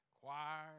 choir